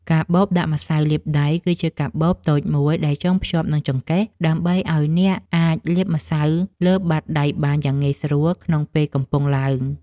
កាបូបដាក់ម្សៅលាបដៃ គឺជាកាបូបតូចមួយដែលចងភ្ជាប់នឹងចង្កេះ ដើម្បីឱ្យអ្នកអាចលាបម្សៅលើបាតដៃបានយ៉ាងងាយស្រួលក្នុងពេលកំពុងឡើង។